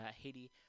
Haiti